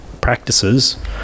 Practices